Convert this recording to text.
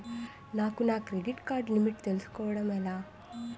నాకు నా credit card limit తెలుసుకోవడం ఎలా?